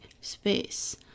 space